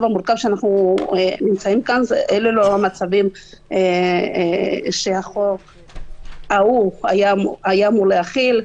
המורכב שבו אנחנו נמצאים אלה לא מצבים שהחוק ההוא היה אמור להכיל,